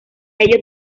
ello